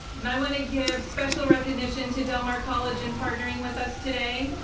and i wanna give special recognition to del mar college in partnering with us today.